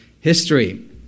history